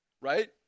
right